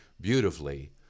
beautifully